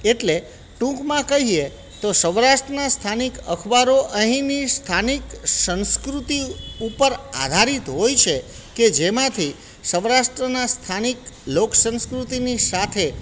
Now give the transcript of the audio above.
એટલે ટૂંકમાં કહીએ તો સૌરાષ્ટ્રના સ્થાનિક અખબારો અહીંની સ્થાનિક સંસ્કૃતિ ઉપર આધારિત હોય છે કે જેમાંથી સૌરાષ્ટ્રના સ્થાનિક લોકસંસ્કૃતિની સાથે